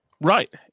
Right